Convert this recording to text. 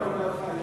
הכנסת